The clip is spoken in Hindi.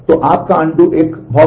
तो आपका अनडू है